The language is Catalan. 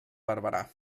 barberà